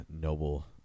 noble